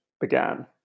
began